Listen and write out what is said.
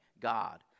God